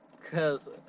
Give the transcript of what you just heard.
cause